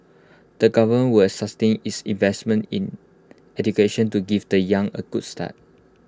the government will sustain its investments in education to give the young A good start